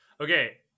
okay